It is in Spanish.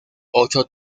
ocho